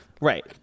Right